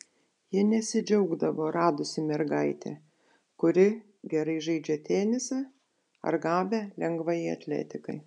ji nesidžiaugdavo radusi mergaitę kuri gerai žaidžia tenisą ar gabią lengvajai atletikai